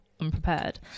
unprepared